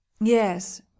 yes